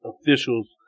officials